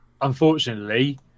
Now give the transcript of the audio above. Unfortunately